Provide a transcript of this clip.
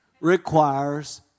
requires